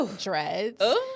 dreads